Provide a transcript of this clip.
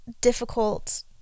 difficult